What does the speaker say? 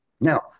Now